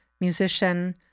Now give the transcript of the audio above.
musician